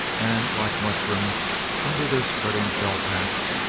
and like mushrooms under their spreading felt hats,